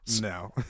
No